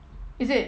is it